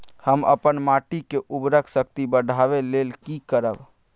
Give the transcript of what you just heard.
हम अपन माटी के उर्वरक शक्ति बढाबै लेल की करब?